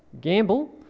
gamble